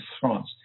France